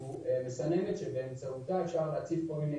הוא מסננת שבאמצעותה אפשר להציף כל מיני